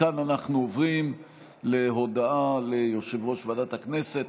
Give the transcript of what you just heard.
מכאן אנחנו עוברים להודעה ליושב-ראש ועדת הכנסת.